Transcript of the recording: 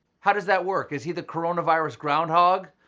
how does that work? is he the coronavirus groundhog?